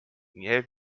nie